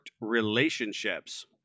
relationships